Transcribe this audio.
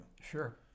Sure